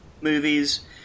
movies